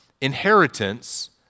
inheritance